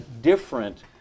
different